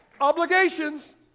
Obligations